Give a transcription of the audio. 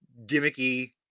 gimmicky